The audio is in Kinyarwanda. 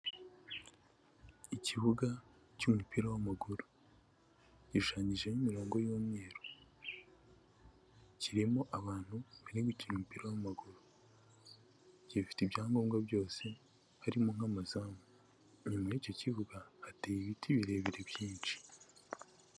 Ikibuga cy'umupira w'amaguru gishushanyijeho imirongo y'umweru, kirimo abantu bari gukina umupira w'amaguru, gifite ibyangombwa byose harimo nk'amazamu, inyuma y'icyo kibuga hateye ibiti birebire byinshi.